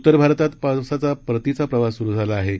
उत्तर भारतात पावसाचा परतीचा प्रवास सुरु झाला आहे